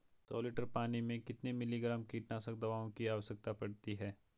सौ लीटर पानी में कितने मिलीग्राम कीटनाशक दवाओं की आवश्यकता पड़ती है?